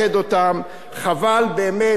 חבל באמת לעשות,